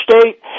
state